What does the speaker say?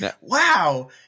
Wow